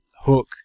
hook